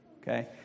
okay